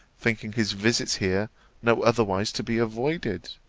thinking his visits here no otherwise to be avoided